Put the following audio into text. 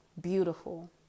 Beautiful